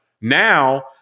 now